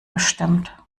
gestimmt